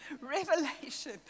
revelation